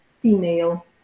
female